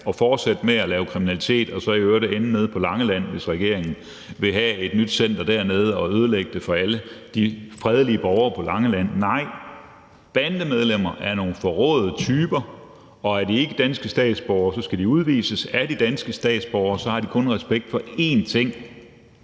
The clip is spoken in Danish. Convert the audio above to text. og fortsætte med at lave kriminalitet og så i øvrigt ende nede på Langeland, hvis regeringen vil have et nyt center dernede og ødelægge det for alle de fredelige borgere på Langeland. Nej, bandemedlemmer er nogle forråede typer, og er de ikke danske statsborgere, skal de udvises, men er de danske statsborgere, har de kun respekt for én ting,